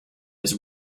his